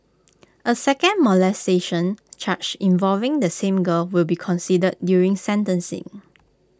A second molestation charge involving the same girl will be considered during sentencing